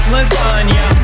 Lasagna